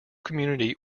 community